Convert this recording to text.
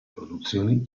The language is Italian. produzioni